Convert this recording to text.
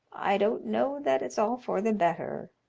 i don't know that it's all for the better.